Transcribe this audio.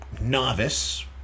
novice